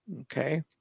okay